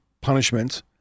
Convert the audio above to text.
punishments